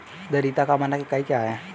धारिता का मानक इकाई क्या है?